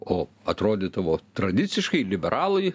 o atrodydavo tradiciškai liberalai